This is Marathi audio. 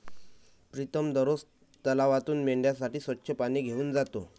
प्रीतम दररोज तलावातून मेंढ्यांसाठी स्वच्छ पाणी घेऊन जातो